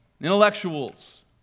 intellectuals